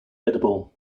edible